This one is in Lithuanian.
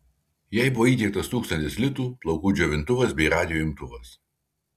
jai buvo įteiktas tūkstantis litų plaukų džiovintuvas bei radijo imtuvas